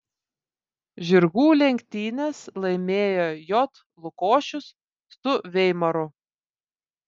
žirgų lenktynes laimėjo j lukošius su veimaru